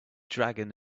dragon